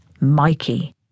Mikey